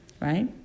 right